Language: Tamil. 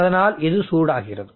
அதனால் இது சூடாகிறது